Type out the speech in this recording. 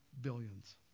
billions